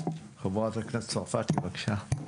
חברת הכנסת מטי צרפתי הרכבי, בבקשה.